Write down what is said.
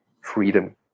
freedom